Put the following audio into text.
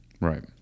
right